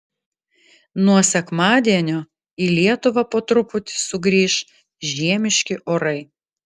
nuo sekmadienio į lietuvą po truputį sugrįš žiemiški orai